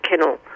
kennel